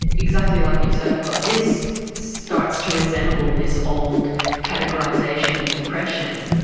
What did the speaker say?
exactly like you said, i thought this starts to resemble this old categorisation of depression.